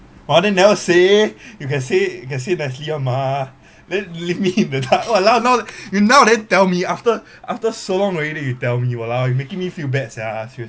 !wah! then never say you can say you can say nicely one mah then leave me in the dark !walao! now you now then tell me after after so long already you tell me !walao! you making me feel bad sia seriously